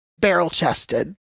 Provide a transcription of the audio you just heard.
barrel-chested